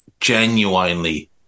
genuinely